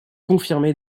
confirmé